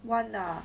one ah